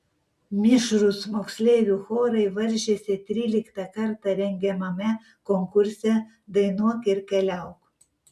mišrūs moksleivių chorai varžėsi tryliktą kartą rengiamame konkurse dainuok ir keliauk